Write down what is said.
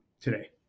today